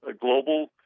global